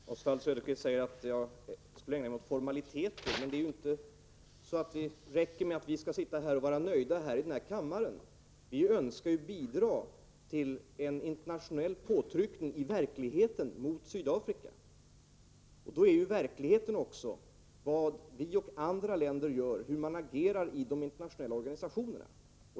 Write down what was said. Herr talman! Oswald Söderqvist säger att jag skulle ägna mig åt formaliteter. Men det räcker inte att vi sitter och är nöjda i den här kammaren. Vi önskar bidra till en internationell påtryckning i verkligheten mot Sydafrika. Då är verkligheten också vad vi och andra länder gör, hur vi agerar i de internationella organisationerna.